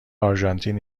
آرژانتین